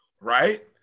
right